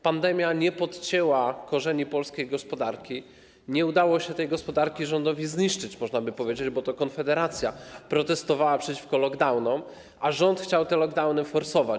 Pandemia nie podcięła korzeni polskiej gospodarki, nie udało się tej gospodarki rządowi zniszczyć, można powiedzieć, bo to Konfederacja protestowała przeciwko lockdownom, a rząd chciał je forsować.